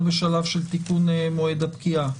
ואנחנו לא בשלב של תיקון מועד הפקיעה?